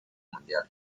mundial